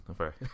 Okay